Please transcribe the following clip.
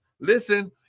listen